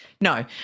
no